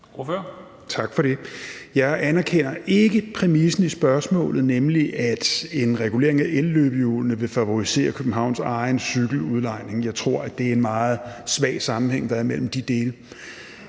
Jeg anerkender ikke præmissen i spørgsmålet, nemlig at den regulering af elløbehjulene vil favorisere Københavns egen cykeludlejning; jeg tror, der er en meget svag sammenhæng mellem de dele.